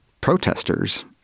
protesters